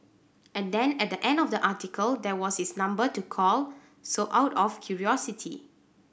and then at the end of the article there was his number to call so out of curiosity